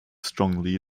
strongly